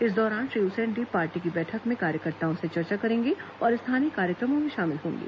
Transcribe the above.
इस दौरान श्री उसेंडी पार्टी की बैठक में कार्यकर्ताओं से चर्चा करेंगे और स्थानीय कार्यक्रमों में शामिल होंगे